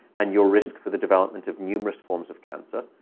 and your risk for the development of numerous forms of cancer.